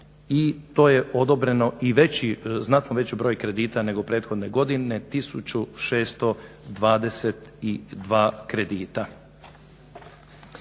I to je odobreno i veći, znatno veći broj kredita nego prethodne godine 1622. kredita.